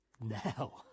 Now